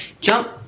jump